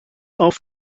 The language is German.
auf